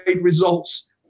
results